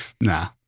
nah